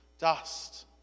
Dust